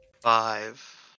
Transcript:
Five